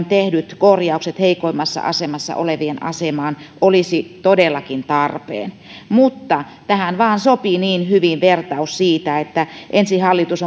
tehdyt korjaukset heikoimmassa asemassa olevien asemaan olisi todellakin tarpeen mutta tähän vain sopii niin hyvin vertaus siitä että ensin hallitus